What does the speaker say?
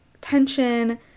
tension